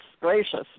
gracious